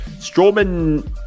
Strowman